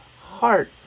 heart